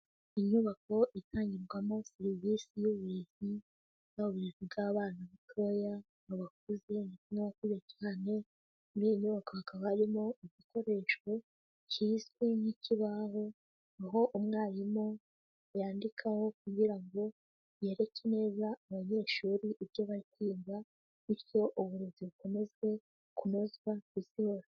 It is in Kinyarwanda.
Inyubako itangirwamo serivisi y'uburezi yaba uburezi bw'abana batoya, abakuze, n'abakuze cyane, muri iyi nyubako hakaba harimo igikoresho kizwi nk'ikibaho, aho umwarimu yandikaho kugira ngo yereke neza abanyeshuri ibyo bari kwiga, bityo uburezi bukomeze kunozwa ku isi hose.